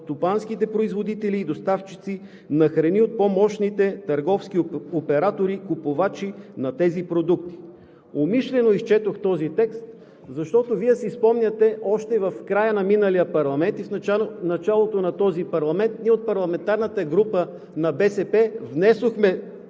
селскостопанските производители и доставчици на храни от по-мощните търговски оператори, купувачи на тези продукти. Умишлено изчетох този текст, защото Вие си спомняте, още в края на миналия парламент и в началото на този парламент ние от парламентарната група на БСП внесохме